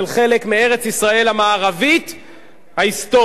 חלק מארץ-ישראל המערבית ההיסטורית.